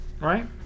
right